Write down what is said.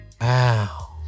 Wow